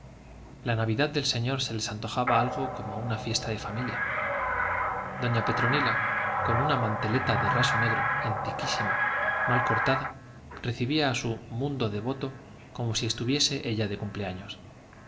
la natividad del señor se les antojaba algo como una fiesta de familia doña petronila con una manteleta de raso negro antiquísima mal cortada recibía a su mundo devoto como si estuviese ella de cumpleaños